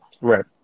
right